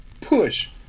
push